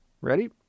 Ready